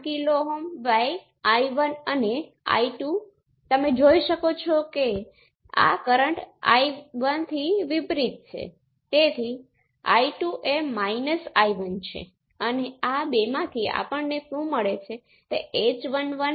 આ નેટવર્ક અને બીજા જે આપણે જોયું તે વચ્ચેનો તફાવત એ છે કે આ સર્કિટમાં કંટ્રોલ સોર્સ શામેલ છે જ્યારે આ એક નથી